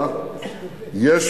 טיבי, אתה אופטימי עכשיו?